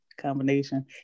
combination